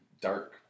dark